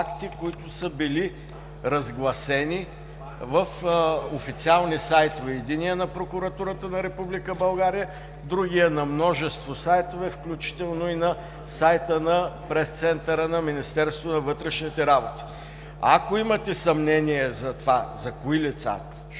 Ако имате съмнение за това – за кои лица,